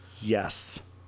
Yes